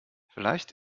vielleicht